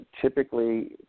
typically